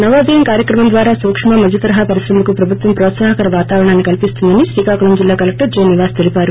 నవోదయం కార్యక్రమం ద్వారా సూక్కు మద్యతరహా పరిశ్రమలకు ప్రభుత్వం ప్రోత్పాహకర వాతావరణాన్ని కల్పిస్తుందని శ్రీకాకుళం జిల్లా కలెక్టర్ జె నివాస్ తెలిపారు